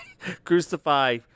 crucify